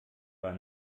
war